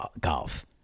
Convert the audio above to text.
Golf